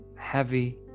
heavy